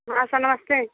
हाँ सर नमस्ते